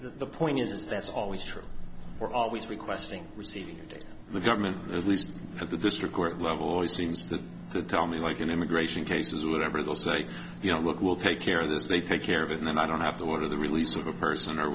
the point is that's always true or always requesting receiving the government at least at the district court level always seems to tell me like in immigration cases whatever they'll say you know look we'll take care of this they take care of it and i don't have to order the release of a person or